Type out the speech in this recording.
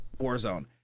warzone